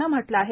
नं म्हटलं आहे